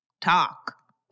Talk